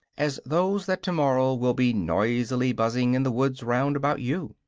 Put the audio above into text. as those that to-morrow will be noisily buzzing in the woods round about you.